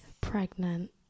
Pregnant